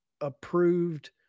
approved